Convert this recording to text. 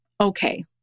okay